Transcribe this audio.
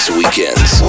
weekends